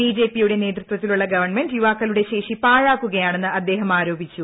ബിജെപിയുടെ നേതൃത്വത്തിലുള്ള ഗവൺമെന്റ യുവാക്കളുടെ ശേഷി പാഴാക്കുകയാണെന്ന് അദ്ദേഹം ആരോപിച്ചു